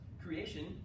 creation